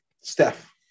Steph